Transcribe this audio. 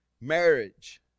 marriage